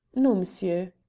no, monsieur.